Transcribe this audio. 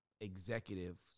executives